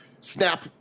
snap